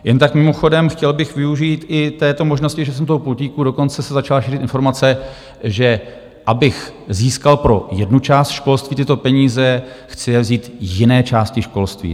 Jen tak mimochodem, chtěl bych využít i této možnosti, že jsem u toho pultíku: dokonce se začala šířit informace, že abych získal pro jednu část školství tyto peníze, chci je vzít jiné části školství.